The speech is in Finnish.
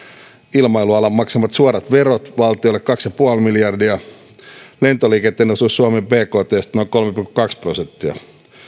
ilmailualan maksamat suorat verot valtiolle kaksi pilkku viisi miljardia lentoliikenteen osuus suomen bktstä noin kolme pilkku kaksi prosenttia